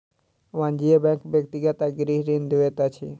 वाणिज्य बैंक व्यक्तिगत आ गृह ऋण दैत अछि